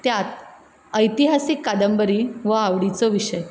त्यात ऐतिहासीक कादंबरी हो आवडीचो विशय